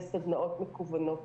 וסדנאות מקוונות.